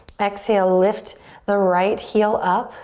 exhale, lift the right heel up.